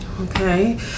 Okay